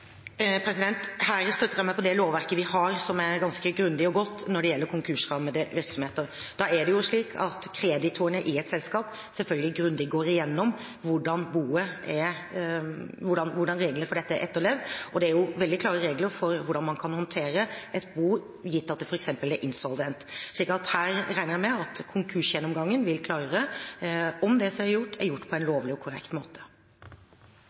Her støtter jeg meg på det lovverket vi har, som er ganske grundig og godt når det gjelder konkursrammete virksomheter. Da er det slik at kreditorene i et selskap selvfølgelig grundig går igjennom hvordan reglene for dette er etterlevd. Det er veldig klare regler for hvordan man kan håndtere et bo, gitt at det f.eks. er insolvent. Jeg regner med at konkursgjennomgangen blir klarere om det som er gjort, er gjort på en lovlig og korrekt måte.